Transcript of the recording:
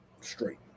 straight